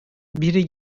biri